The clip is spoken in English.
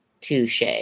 Touche